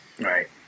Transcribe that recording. Right